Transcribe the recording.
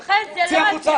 חן, זאת לא הצגה.